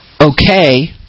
okay